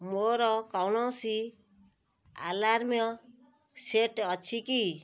ମୋର କୌଣସି alarm set ଅଛି କି